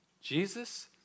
Jesus